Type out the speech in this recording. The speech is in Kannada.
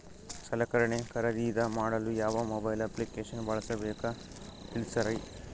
ಸಲಕರಣೆ ಖರದಿದ ಮಾಡಲು ಯಾವ ಮೊಬೈಲ್ ಅಪ್ಲಿಕೇಶನ್ ಬಳಸಬೇಕ ತಿಲ್ಸರಿ?